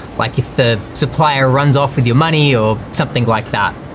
like if the supplier runs off with your money or something like that.